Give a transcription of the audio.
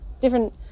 different